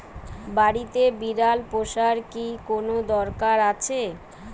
বাড়িতে বিড়াল পোষার কি কোন দরকার আছে?